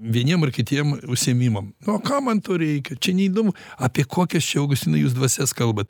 vieniem ar kitiem užsiėmimam nu o kam man to reikia čia neįdomu apie kokias čia augustinai jūs dvasias kalbat